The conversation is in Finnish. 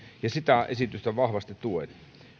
ja sitä esitystä vahvasti tuen